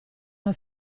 una